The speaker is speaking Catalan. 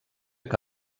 que